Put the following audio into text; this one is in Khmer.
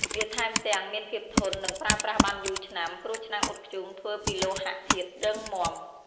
វាថែមទាំង មានភាពធន់ និងប្រើប្រាស់បានយូរឆ្នាំ ព្រោះឆ្នាំងអ៊ុតធ្យូងធ្វើពីលោហៈធាតុរឹងមាំ។